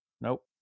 Nope